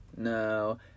No